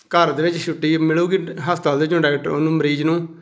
ਘਰ ਦੇ ਵਿੱਚ ਛੁੱਟੀ ਮਿਲੇਗੀ ਹਸਪਤਾਲ ਦੇ ਵਿੱਚੋਂ ਡਾਕਟਰ ਉਹਨੂੰ ਮਰੀਜ਼ ਨੂੰ